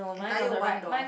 entire one door